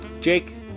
Jake